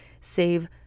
save